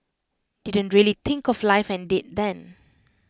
didn't really think of life and death then